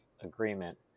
agreement